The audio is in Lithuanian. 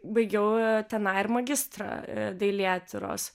baigiau tenai ir magistrą dailėtyros